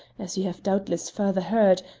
as you have doubtless further heard,